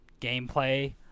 gameplay